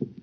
Arvoisa